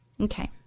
okay